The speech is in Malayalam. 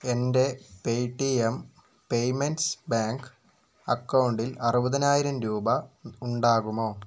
എൻ്റെ പേയ്റ്റിഎം പേയ്മെൻറ്റ്സ് ബാങ്ക് അക്കൗണ്ടിൽ അറുപതിനായിരം രൂപ ഉണ്ടാകുമോ